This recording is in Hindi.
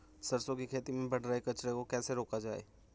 सरसों की खेती में बढ़ रहे कचरे को कैसे रोका जाए?